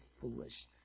foolish